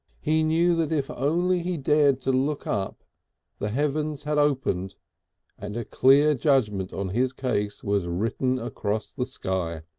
he knew that if only he dared to look up the heavens had opened and the clear judgment on his case was written across the sky.